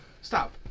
stop